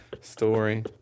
story